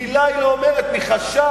מלה היא לא אומרת מחשש,